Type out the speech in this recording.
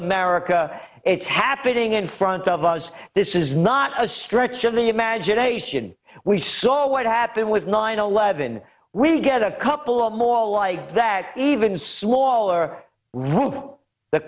america it's happening in front of us this is not a stretch of the imagination we saw what happened with nine eleven we get a couple of more like that even smaller